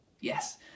Yes